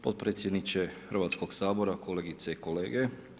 Podpredsjedniče Hrvatskog sabora, kolegice i kolege.